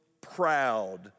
proud